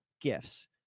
gifts